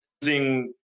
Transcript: using